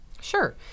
Sure